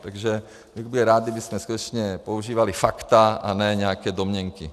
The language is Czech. Takže byl bych rád, kdybychom skutečně používali fakta a ne nějaké domněnky.